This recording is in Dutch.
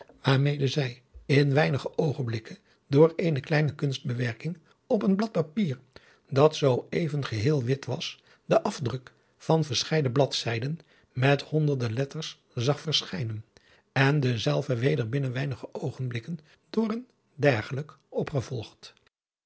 waarmede zij in weinige oogenblikken door eene kleine kunstbewerking op een blad papier dat zoo even geheel wit was den afdruk van verscheiden bladzijden met honderde letters zag verschijnen en dezelve weder binnen adriaan loosjes pzn het leven van hillegonda buisman weinige oogenblikken door een dergelijken opgevolgd